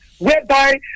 whereby